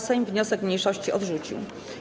Sejm wniosek mniejszości odrzucił.